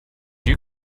you